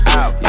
out